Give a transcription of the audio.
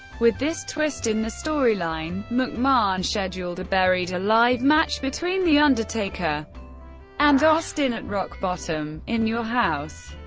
with this twist in the storyline, mcmahon scheduled a buried alive match between the undertaker and austin at rock bottom in your house.